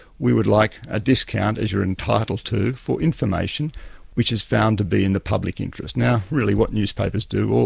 we would like a discount as we're entitled to, for information which is found to be in the public interest. now really, what newspapers do,